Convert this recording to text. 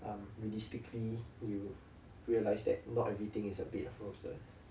um realistically you will realise that not everything is a bed of roses